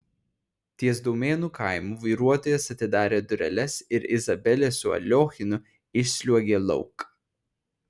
ties daumėnų kaimu vairuotojas atidarė dureles ir izabelė su aliochinu išsliuogė lauk